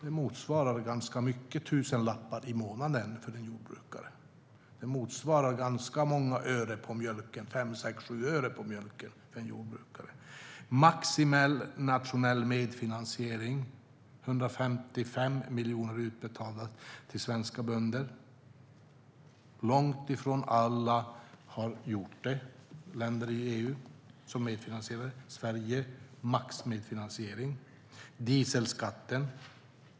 Det motsvarar ganska många tusenlappar i månaden för en jordbrukare. Det motsvarar ganska många ören på mjölken, 5, 6, 7 ören på mjölken för en jordbrukare. Det är maximal nationell medfinansiering. Det är 155 miljoner utbetalda till svenska bönder. Långt ifrån alla länder i EU medfinansierar det. Sverige gör maximal medfinansiering. Det är dieselskatten.